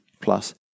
plus